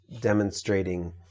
demonstrating